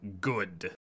good